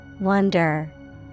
Wonder